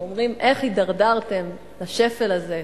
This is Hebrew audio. הם אומרים: איך הידרדרתם לשפל הזה?